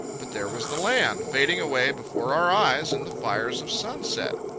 but there was the land, fading away before our eyes in the fires of sunset.